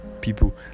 people